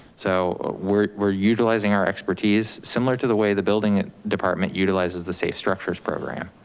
so we're we're utilizing our expertise, similar to the way the building department utilizes the safe structures program.